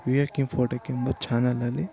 ವಿಯೇಕ್ infotech ಎಂಬ ಚಾನಲಲ್ಲಿ